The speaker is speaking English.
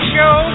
Show